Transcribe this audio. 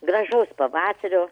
gražaus pavasario